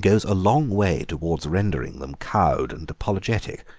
goes a long way towards rendering them cowed and apologetic.